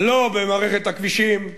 לא במערכת הכבישים,